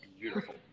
beautiful